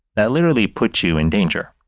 that literally put you in danger.